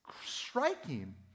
striking